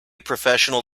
professional